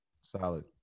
Solid